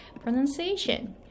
pronunciation